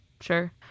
sure